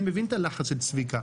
אני מבין את הלחץ של צביקה.